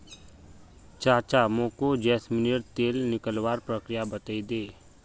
चाचा मोको जैस्मिनेर तेल निकलवार प्रक्रिया बतइ दे